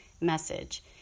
message